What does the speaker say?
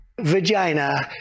Vagina